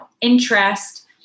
interest